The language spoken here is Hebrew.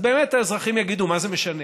באמת האזרחים יגידו: מה זה משנה,